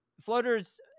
floaters